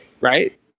right